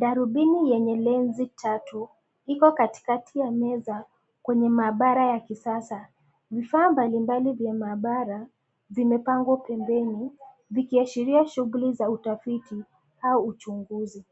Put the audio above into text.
Darubini yenye lenzi tatu iko katikati ya meza kwenye maabara ya kisasa. Vifaa mbalimbali vya maabara vimepangwa pembeni vikiashiria shuguli za utafiti au uchunguzi.